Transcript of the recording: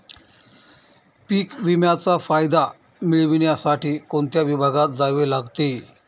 पीक विम्याचा फायदा मिळविण्यासाठी कोणत्या विभागात जावे लागते?